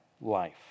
life